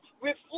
reflect